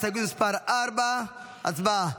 הסתייגות מס' 4, הצבעה.